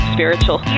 Spiritual